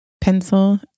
Pencil